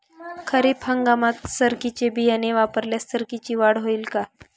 खरीप हंगामात सरकीचे बियाणे वापरल्यास सरकीची वाढ होईल का?